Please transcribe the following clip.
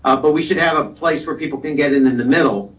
ah but we should have a place where people can get in, in the middle.